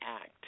Act